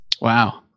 Wow